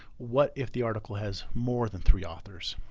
what if the article has more than three authors?